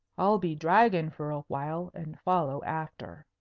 i'll be dragon for a while, and follow after.